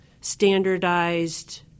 standardized